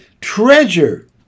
treasure